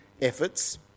efforts